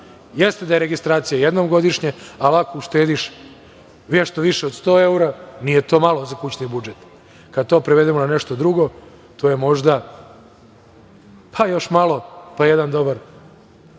da je registracija jednom godišnje, ali ako uštediš nešto više od 100 evra, nije to malo za kućni budžet. Kada to prevedemo na nešto drugo, to je možda, pa još malo, jedan dobar